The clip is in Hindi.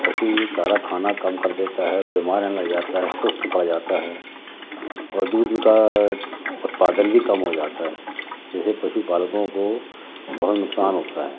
पशु चारा खाना कम कर देता है बीमार रहने लग जाता है सुस्त पड़ जाता है और दूध का उत्पादन भी कम हो जाता हैं जैसे पशु पालकों को बहुत नुकसान होता है